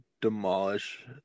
demolish